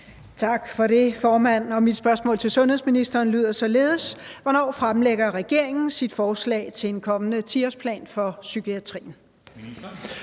Tak for det, formand. Mit spørgsmål til sundhedsministeren lyder således: Hvornår fremlægger regeringen sit forslag til en kommende 10-årsplan for psykiatrien?